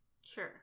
Sure